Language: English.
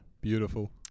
Beautiful